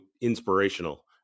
inspirational